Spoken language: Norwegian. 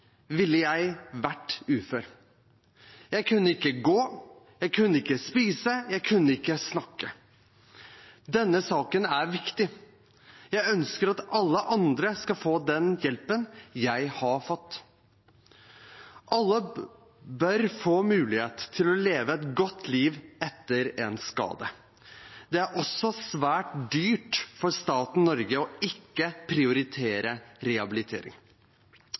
ville jeg vært ufør. Jeg kunne ikke gå, jeg kunne ikke spise, jeg kunne ikke snakke. Denne saken er viktig. Jeg ønsker at alle andre skal få den hjelpen jeg har fått. Alle bør få mulighet til å leve et godt liv etter en skade. Det er også svært dyrt for staten Norge ikke å prioritere rehabilitering.